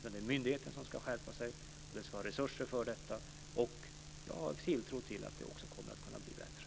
Det är myndigheten som ska skärpa sig, den ska ha resurser för detta. Jag har tilltro till att det ska kunna bli bättre.